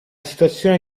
situazione